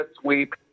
sweep